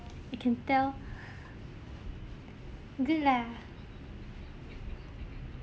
you can tell good lah